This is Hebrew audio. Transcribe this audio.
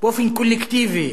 באופן קולקטיבי